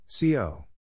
co